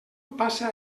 passa